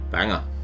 Banger